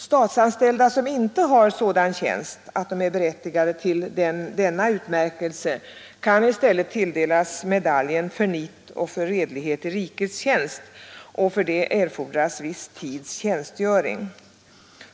Statsanställda som inte har sådan tjänst att de är berättigade till denna utmärkelse kan i stället tilldelas medaljen ”För nit och redlighet i rikets tjänst”, och för detta erfordras viss tids tjänstgöring.